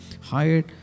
hired